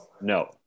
No